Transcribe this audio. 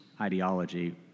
ideology